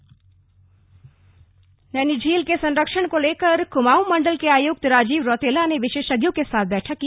नैनी झील नैनीझील के संरक्षण को लेकर क्माऊं मण्डल के आयुक्त राजीव रौतेला ने विशेषज्ञों के साथ बैठक की